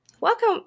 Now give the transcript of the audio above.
Welcome